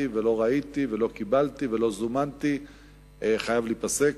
ולא ראיתי ולא קיבלתי ולא זומנתי חייב להיפסק,